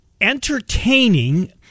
entertaining